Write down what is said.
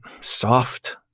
soft